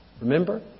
Remember